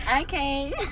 Okay